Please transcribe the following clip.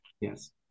Yes